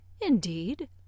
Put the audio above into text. indeed